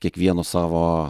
kiekvieno savo